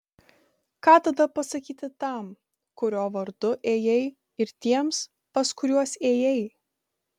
ką tada pasakyti tam kurio vardu ėjai ir tiems pas kuriuos ėjai